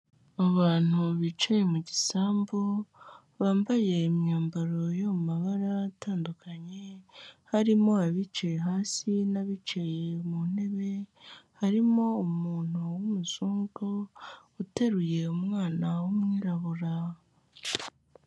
Abantu bicaye mu gisambu, bambaye imyambaro yo mu mabara atandukanye, harimo abicaye hasi n'abicaye mu ntebe, harimo umuntu w'umuzungu, uteruye umwana w'umwirabura.